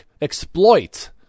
exploit